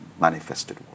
manifested